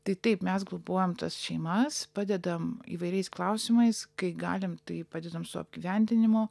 tai taip mes globojam tas šeimas padedam įvairiais klausimais kai galim tai padedam su apgyvendinimo